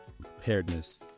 preparedness